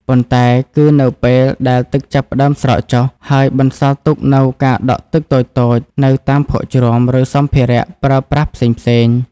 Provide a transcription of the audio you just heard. ប៉ុន្តែគឺនៅពេលដែលទឹកចាប់ផ្តើមស្រកចុះ ហើយបន្សល់ទុកនូវការដក់ទឹកតូចៗនៅតាមភក់ជ្រាំ ឬសម្ភារៈប្រើប្រាស់ផ្សេងៗ។